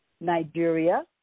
Nigeria